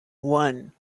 one